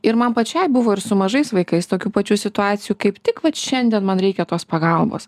ir man pačiai buvo ir su mažais vaikais tokių pačių situacijų kaip tik vat šiandien man reikia tos pagalbos